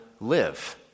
live